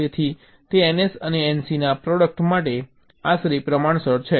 તેથી તે ns અને nc ના પ્રોડક્ટ માટે આશરે પ્રમાણસર છે